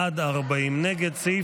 נגד,